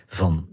van